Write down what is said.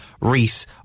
Reese